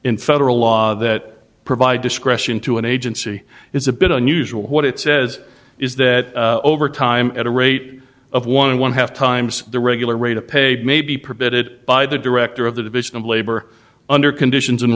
in federal law that provide discretion to an agency is a bit unusual what it says is that over time at a rate of one and one half times the regular rate of pay may be permitted by the director of the division of labor under conditions and